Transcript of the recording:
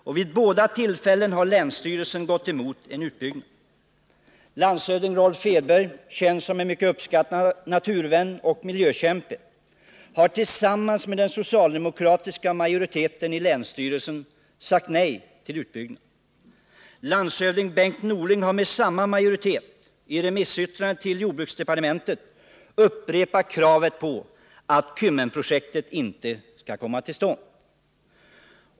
Båda Nr 49 gångerna har den gått emot en utbyggnad. Landshövding Rolf Edberg, en Tisdagen den mycket uppskattad naturvän och miljökämpe, har tillsammans med den 11 december 1979 socialdemokratiska majoriteten i länsstyrelsen sagt nej till utbyggnad. Landshövding Bengt Norling har med samma majoritet i remissyttrande till jordbruksdepartementet upprepat kravet på att Kymmenprojektet inte skall komma till stånd.